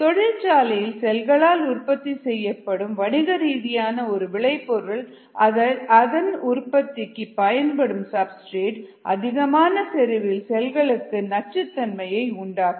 தொழிற்சாலையில் செல்களால் உற்பத்தி செய்யப்படும் வணிகரீதியான ஒரு விளை பொருளில் அதன் உற்பத்திக்கு பயன்படும் சப்ஸ்டிரேட் அதிகமான செறிவில் செல்களுக்கு நச்சுத்தன்மை உண்டாக்கும்